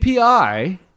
API